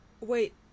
Wait